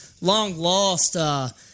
long-lost